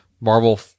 Marvel